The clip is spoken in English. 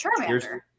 Charmander